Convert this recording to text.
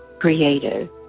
Creative